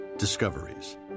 Discoveries